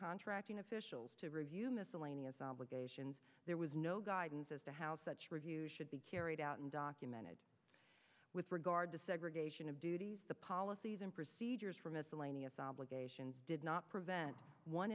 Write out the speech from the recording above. contracting officials to review miscellaneous obligations there was no guidance as to how such a review should be carried out and documented with regard to segregation of duties the policies and procedures for miscellaneous obligations did not prevent one